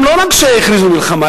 לא רק שהם הכריזו מלחמה,